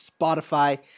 spotify